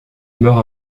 meurt